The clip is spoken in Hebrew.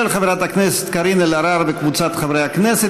של חברת הכנסת קארין אלהרר וקבוצת חברי הכנסת.